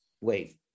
Wait